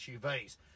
SUVs